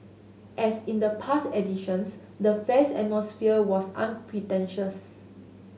as in the past editions the fair's atmosphere was unpretentious